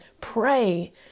pray